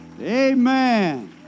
Amen